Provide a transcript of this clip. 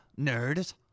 nerds